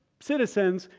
citizens,